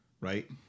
Right